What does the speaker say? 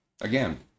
again